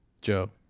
joe